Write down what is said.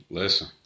Listen